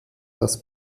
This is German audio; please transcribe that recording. das